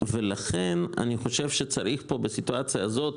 ולכן אני חושב שצריך פה בסיטואציה הזאת,